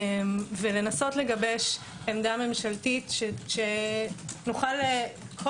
ולנסות לגבש עמדה ממשלתית שנוכל כל